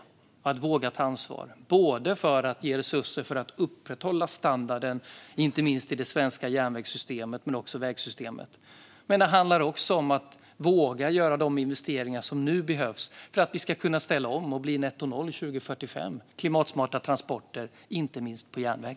Det handlar om att våga ta ansvar och ge resurser för att upprätthålla standarden i det svenska järnvägssystemet och vägsystemet och om att våga göra de investeringar som nu behövs för att vi ska kunna ställa om och uppnå nettonollutsläpp år 2045 med klimatsmarta transporter, inte minst på järnväg.